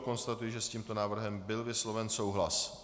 Konstatuji, že s tímto návrhem byl vysloven souhlas.